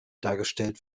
dargestellt